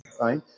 right